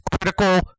critical